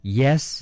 yes